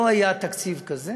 לא היה תקציב כזה